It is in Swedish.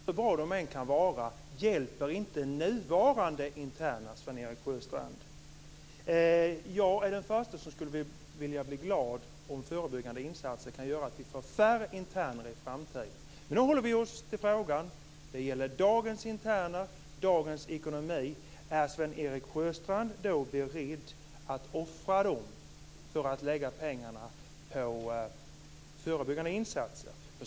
Herr talman! Förebyggande insatser, hur bra de än kan vara, hjälper inte nuvarande interner, Sven-Erik Sjöstrand. Jag är den förste som skulle bli glad om förebyggande insatser kunde göra att vi får färre interner i framtiden. Men nu håller vi oss till frågan. Det gäller dagens interner, dagens ekonomi. Är Sven Erik Sjöstrand då beredd att offra dem för att lägga pengarna på förebyggande insatser?